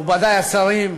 מכובדי השרים,